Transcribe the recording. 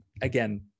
again